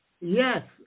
Yes